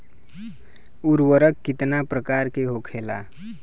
उर्वरक कितना प्रकार के होखेला?